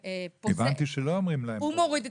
הבנתי שלא אומרים או או.